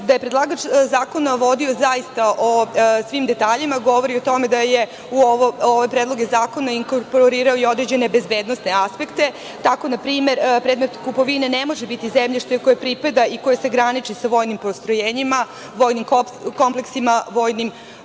Da je predlagač zakona zaista vodio računa o svim detaljima, govori o tome da je u ove predloge zakona inkorporirao određene bezbednosne aspekte. Tako na primer predmet kupovine ne može biti zemljište koje pripada i koje se graniči sa vojnim postrojenjima, vojnim kompleksima, vojnim